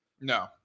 No